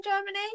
Germany